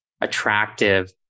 attractive